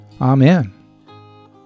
amen